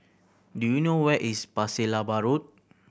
do you know where is Pasir Laba Road